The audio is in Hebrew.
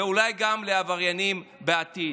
אולי גם לעבריינים בעתיד.